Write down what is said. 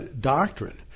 doctrine